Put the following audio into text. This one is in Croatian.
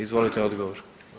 Izvolite odgovor.